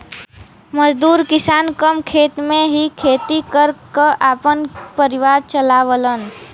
मजदूर किसान कम खेत में ही खेती कर क आपन परिवार चलावलन